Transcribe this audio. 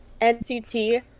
NCT